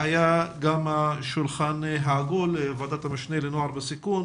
היה גם שולחן עגול של ועדת המשנה לנוער בסיכון